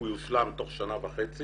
הוא יושלם תוך שנה וחצי